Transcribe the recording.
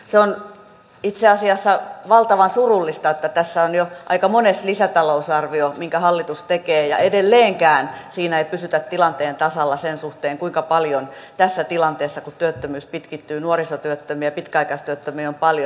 se on itse asiassa valtavan surullista että tässä on jo aika mones lisätalousarvio minkä hallitus tekee ja edelleenkään siinä ei pysytä tilanteen tasalla sen suhteen kuinka paljon tässä tilanteessa työttömyys pitkittyy ja nuorisotyöttömiä pitkäaikaistyöttömiä on paljon